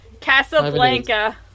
Casablanca